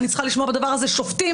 אני צריכה לשמוע בדבר הזה שופטים,